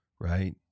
Right